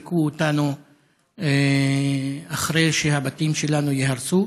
לאן יזרקו אותנו אחרי שהבתים שלנו ייהרסו?